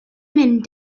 mynd